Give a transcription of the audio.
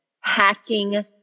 hacking